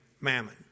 mammon